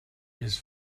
his